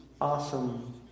awesome